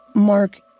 mark